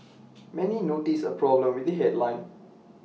many noticed A problem with the headline